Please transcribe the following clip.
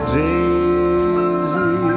daisy